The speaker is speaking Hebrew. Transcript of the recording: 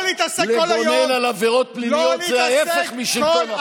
לגונן על עבירות פליליות זה ההפך משלטון החוק.